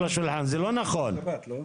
בבקשה תתכבדו ותקימו.